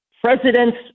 president's